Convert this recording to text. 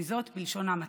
וזה בלשון המעטה.